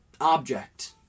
object